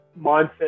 mindset